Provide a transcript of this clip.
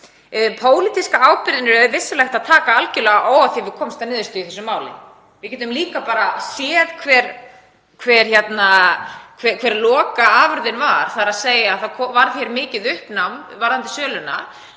Pólitíska ábyrgð er vissulega hægt að taka algerlega óháð því hvort við komumst að niðurstöðu í þessu máli. Við getum líka bara séð hver lokaafurðin var, þ.e. að það varð hér mikið uppnám varðandi söluna,